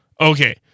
Okay